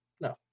no